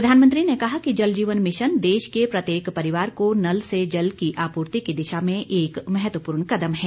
प्रधानमंत्री ने कहा कि जल जीवन मिशन देश के प्रत्येक परिवार को नल से जल की आपूर्ति की दिशा में एक महत्वपूर्ण कदम है